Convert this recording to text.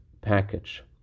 package